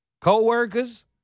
co-workers